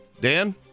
Dan